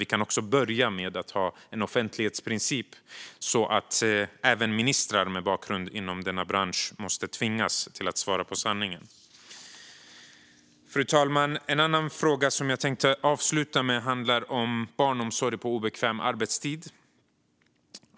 Vi kan börja med att ha en offentlighetsprincip så att även ministrar med bakgrund inom denna bransch måste tvingas säga sanningen. Fru talman! En annan fråga som jag tänkte avsluta med handlar om barnomsorg på obekväm arbetstid.